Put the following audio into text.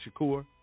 Shakur